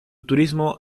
turismo